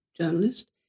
journalist